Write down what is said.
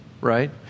right